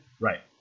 Right